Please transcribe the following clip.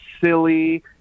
silly